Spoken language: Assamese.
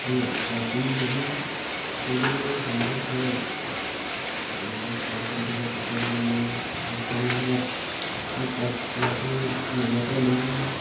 তাকে ৰাতি যদি অট' যদি সম্ভৱ হয় মানে চলাচলটো হয় তেতিয়া মানে মই আঠটামান বজাত মোক তাত পোৱাকে লেজাইৰ পৰা লৈ যাবহি